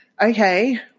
okay